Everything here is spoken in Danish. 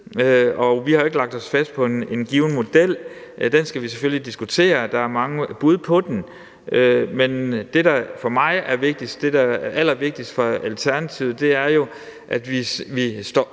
og vi har jo ikke lagt os fast på en given model. Den skal vi selvfølgelig diskutere, og der er mange bud på den, men det, der er allervigtigst for Alternativet, er jo, at vi står